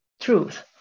truth